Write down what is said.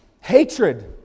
hatred